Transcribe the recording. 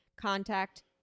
Contact